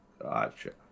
gotcha